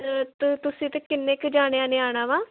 ਅਤੇ ਤੁਸੀਂ ਅਤੇ ਕਿੰਨੇ ਕੁ ਜਣਿਆਂ ਨੇ ਆਉਣਾ ਵਾ